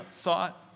thought